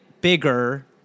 bigger